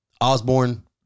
Osborne